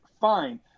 fine